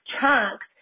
chunks